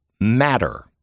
matter